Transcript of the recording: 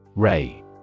Ray